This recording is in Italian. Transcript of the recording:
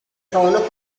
trono